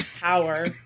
power